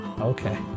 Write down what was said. Okay